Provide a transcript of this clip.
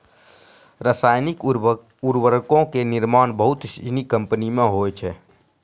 रसायनिक उर्वरको के निर्माण बहुते सिनी कंपनी मे होय छै